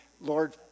Lord